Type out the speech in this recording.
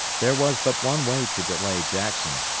there was but one way to delay jackson,